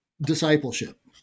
discipleship